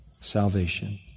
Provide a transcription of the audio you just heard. salvation